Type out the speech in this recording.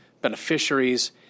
beneficiaries